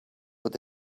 with